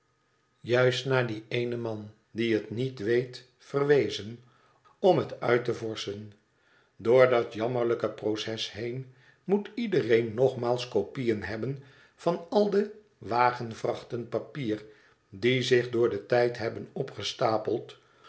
juist naar dien eenen man die het niet weet verwezen om het uit te vorschen doordat jammerlijke proces heen moet iedereen nogmaals kopieën hebben van al de wagenvrachten papier die zich door den tijd hebben opgestapeld